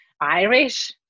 Irish